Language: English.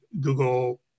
Google